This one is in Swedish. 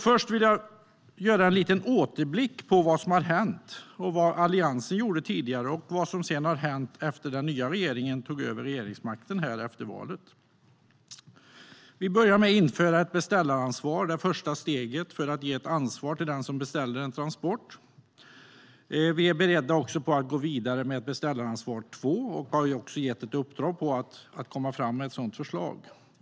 Först vill jag göra en liten återblick på vad som hänt - vad Alliansen gjorde tidigare och vad som har hänt efter det att den nya regeringen tog över regeringsmakten efter valet. Vi började med att införa ett beställaransvar, det första steget, för att ge ett ansvar till den som beställer en transport. Vi är beredda att gå vidare med ett beställaransvar två och har gett ett uppdrag för att komma fram med ett sådant förslag.